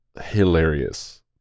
hilarious